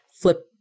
flip